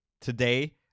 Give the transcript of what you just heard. today